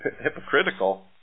hypocritical